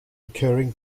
recurring